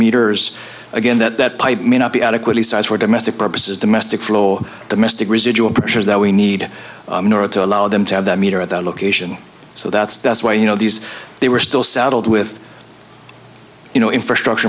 meters again that that pipe may not be adequately size for domestic purposes domestic flow the mystic residual pictures that we need to allow them to have that meter at that location so that's that's why you know these they were still saddled with you know infrastructure